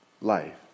life